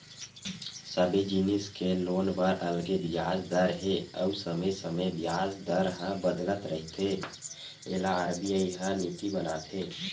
सबे जिनिस के लोन बर अलगे बियाज दर हे अउ समे समे बियाज दर ह बदलत रहिथे एला आर.बी.आई ह नीति बनाथे